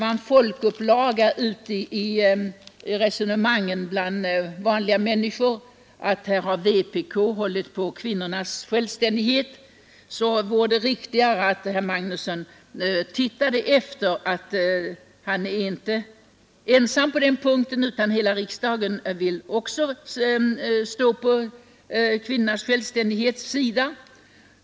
Jag tror inte att vpk i resonemanget ute bland vanliga människor skall försöka göra det till en folkupplaga att vpk hållit på kvinnornas självständighet. Det vore riktigare att herr Magnusson tittade efter och såg att han inte är ensam på den punkten. Hela riksdagen vill slå vakt om kvinnornas självständighet.